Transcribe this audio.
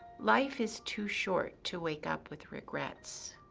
life is too short to wake up with regrets.